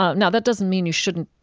ah now, that doesn't mean you shouldn't,